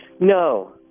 No